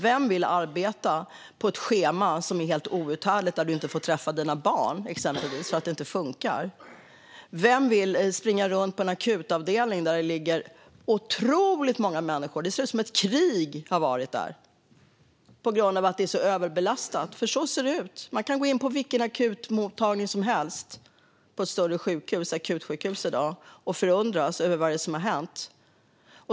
Vem vill arbeta på ett schema som är helt outhärdligt, som gör att man exempelvis inte får träffa sina barn för att det inte funkar? Vem vill springa runt på en akutavdelning där det ligger otroligt många människor, där det ser ut som om det varit krig? Så ser det ut på grund av att det är så överbelastat. Man kan gå in på vilken akutmottagning som helst på ett större sjukhus i dag och förfäras över vad som hänt.